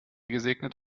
gesegnet